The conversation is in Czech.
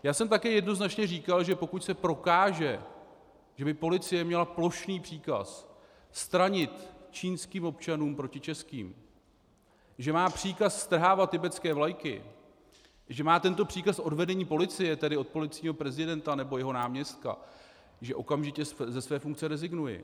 Já jsem také jednoznačně říkal, že pokud se prokáže, že by policie měla plošný příkaz stranit čínským občanům proti českým, že má příkaz strhávat tibetské vlajky, že má tento příkaz od vedení policie, tedy od policejního prezidenta nebo jeho náměstka, že okamžitě ze své funkce rezignuji.